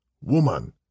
Woman